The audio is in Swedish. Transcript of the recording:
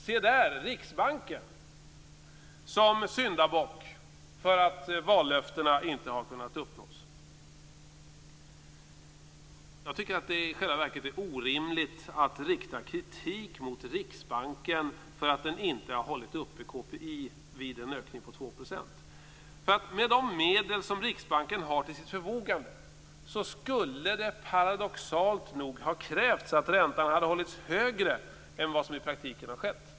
Se där - Riksbanken som syndabock för att vallöftena inte har kunnat uppnås! Jag tycker att det i själva verket är orimligt att rikta kritik mot Riksbanken för att den inte har hållit uppe KPI vid en ökning på 2 %. Med de medel som Riksbanken har till sitt förfogande skulle det paradoxalt nog ha krävts att räntan hade hållits högre än vad som i praktiken har skett.